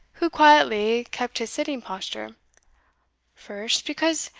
who quietly kept his sitting posture first, because,